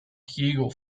diego